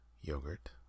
yogurt